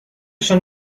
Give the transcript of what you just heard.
schon